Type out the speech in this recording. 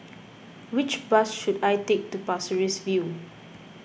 which bus should I take to Pasir Ris View